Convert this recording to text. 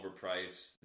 overpriced